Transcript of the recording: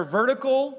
vertical